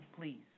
please